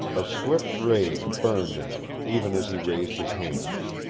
a swift rage burned in him, even as he raised his hands.